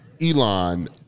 Elon